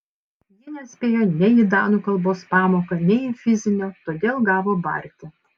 ji nespėjo nei į danų kalbos pamoką nei į fizinio todėl gavo barti